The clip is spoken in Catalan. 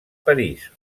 parís